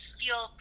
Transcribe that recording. feel